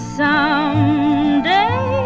someday